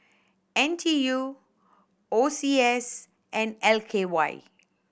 N T U O C S and L K Y